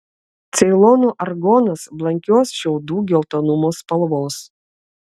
ceilono argonas blankios šiaudų geltonumo spalvos